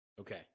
Okay